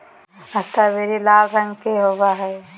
strawberry लाल रंग के होव हई